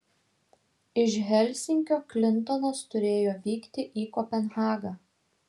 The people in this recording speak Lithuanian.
iš helsinkio klintonas turėjo vykti į kopenhagą